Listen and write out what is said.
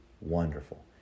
wonderful